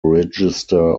register